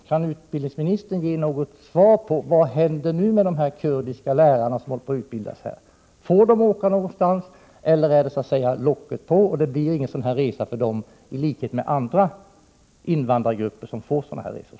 Kan utbildningsministern ge något svar på frågan om vad som kommer att hända med de kurdiska lärare som är under utbildning här? Får de åka någonstans eller är det ”locket på”, så att det inte blir någon resa för dem — jag hänvisar då till andra invandrargrupper som får göra sådana här resor?